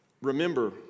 Remember